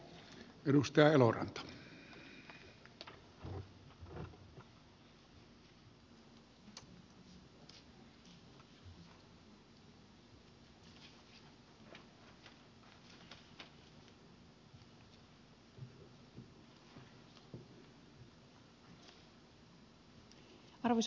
arvoisa puhemies